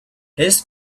his